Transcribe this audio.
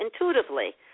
intuitively